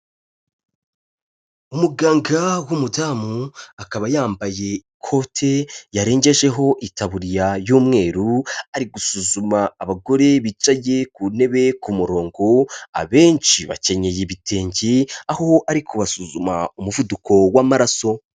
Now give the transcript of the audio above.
Umuganga w'umudamu akaba yambaye ikoti yarengejeho itaburiya y'umweru, ari gusuzuma abagore bicaye ku ntebe ku murongo, abenshi bakenyeye ibitenge, aho ari kubasuzuma umuvuduko w'amaraso.